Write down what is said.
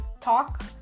talk